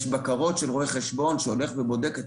יש בקרות של רואה חשבון שהולך ובודק את